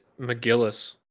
mcgillis